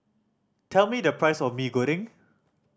tell me the price of Mee Goreng